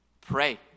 pray